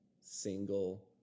single